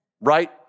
right